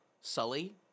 Sully